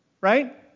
right